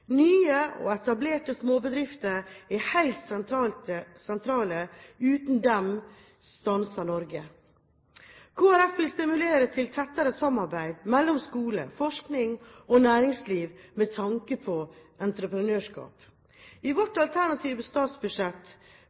Nye og etablerte småbedrifter er helt sentrale – uten dem stanser Norge. Kristelig Folkeparti vil stimulere til et tettere samarbeid mellom skole, forskning og næringsliv med tanke på entreprenørskap. I vårt alternative statsbudsjett